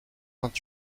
vingt